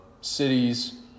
cities